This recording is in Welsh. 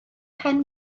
pen